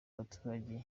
abaturage